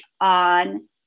on